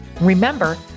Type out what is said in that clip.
Remember